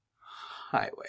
Highway